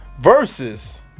versus